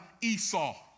Esau